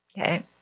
Okay